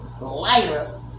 lighter